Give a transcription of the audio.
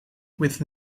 with